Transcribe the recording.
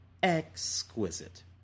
exquisite